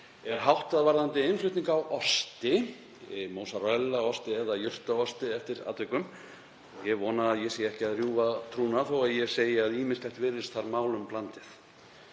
er háttað varðandi innflutning á osti, mozzarella-osti eða jurtaosti eftir atvikum. Ég vona að ég sé ekki að rjúfa trúnað þó að ég segi að ýmislegt virðist þar málum blandið